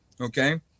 okay